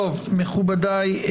מכובדיי,